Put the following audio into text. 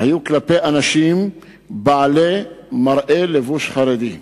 היו כלפי אנשים בעלי מראה לבוש חרדי.